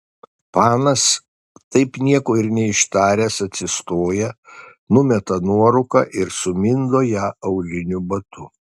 panas taip nieko ir neištaręs atsistoja numeta nuorūką ir sumindo ją auliniu batu